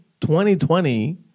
2020